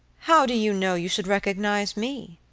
how do you know you should recognize me?